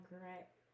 correct